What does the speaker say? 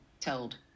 told